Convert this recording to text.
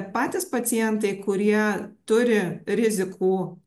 patys pacientai kurie turi rizikų